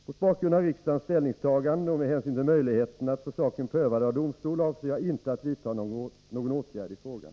Mot bakgrund av riksdagens ställningstagande och med hänsyn till möjligheterna att få saken prövad av domstol avser jag inte att vidta någon åtgärd i frågan.